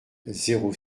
zéro